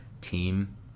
team